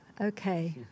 okay